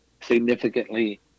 significantly